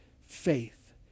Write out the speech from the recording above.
faith